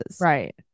right